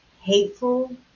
hateful